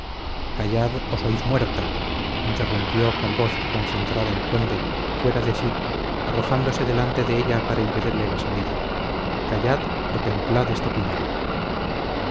o sois muerta interrumpió con voz reconcentrada el conde fuera de sí arrojándose delante de ella para impedirle la salida callad o templad este puñal